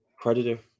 predator